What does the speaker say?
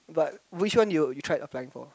but which one you you tried applying for